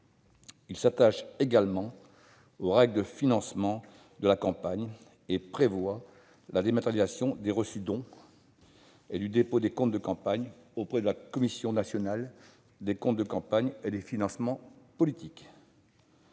Il s'attache également aux règles de financement de la campagne et prévoit la dématérialisation des « reçus-dons » et du dépôt des comptes de campagne auprès de la Commission nationale des comptes de campagne et des financements politiques.